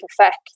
effect